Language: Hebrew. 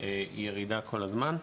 ירידה כל הזמן.